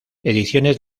ediciones